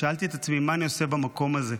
שאלתי את עצמי מה אני עושה במקום הזה,